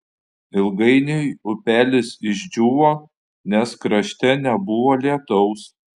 ilgainiui upelis išdžiūvo nes krašte nebuvo lietaus